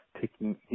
taking